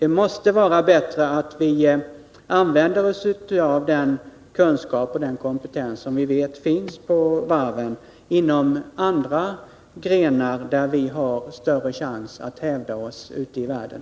Det måste vara bättre att den kunskap och den kompetens som vi vet finns på varven används inom andra grenar av industrin, där vi har större chans att hävda oss ute i världen.